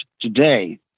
today